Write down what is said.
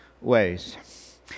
ways